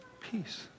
peace